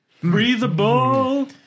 Breathable